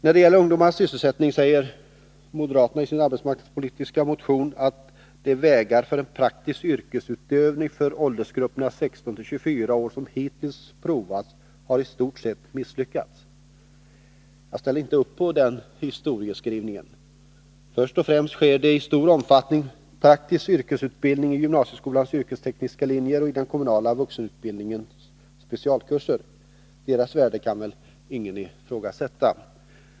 När det gäller ungdomarnas sysselsättning säger moderaterna i sin arbetsmarknadspolitiska motion att ”de vägar för praktisk yrkesutbildning för åldersgrupperna 16-24 år som hittills provats har i stort sett misslyckats”. Jag ställer inte upp på den historieskrivningen. Först och främst sker ju i stor omfattning praktisk yrkesutbildning i gymnasieskolans yrkestekniska linjer och i den kommunala vuxenutbildningens specialkurser. Deras värde kan väl ingen ifrågasätta.